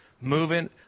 moving